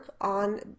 on